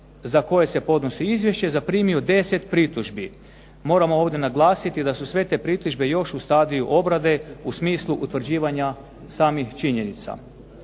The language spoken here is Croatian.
za koje se podnosi izvješće zaprimio 10 pritužbi. Moramo ovdje naglasiti da su sve te pritužbe još u stadiju obrade u smislu utvrđivanja samih činjenica.